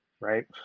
right